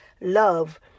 love